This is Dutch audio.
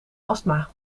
astma